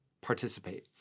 participate